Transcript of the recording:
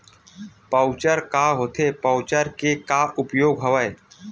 Voucher का होथे voucher के का उपयोग हवय?